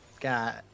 Got